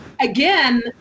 Again